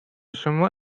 شما